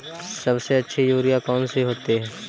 सबसे अच्छी यूरिया कौन सी होती है?